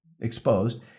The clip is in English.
exposed